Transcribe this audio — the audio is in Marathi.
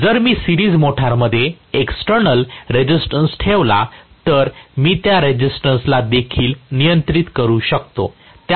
जर मी सिरीज मध्ये एक्सटेर्नल रेसिस्टन्स ठेवला तर मी त्या रेसिस्टन्स ला देखील नियंत्रित करू शकतो